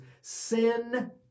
sin